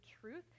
truth